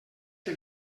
que